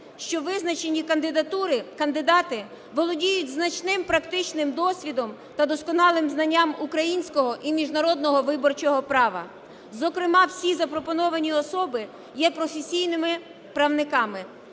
кандидатури, кандидати володіють значним практичним досвідом та досконалим знанням українського і міжнародного виборчого права. Зокрема всі запропоновані особи є професійними правниками,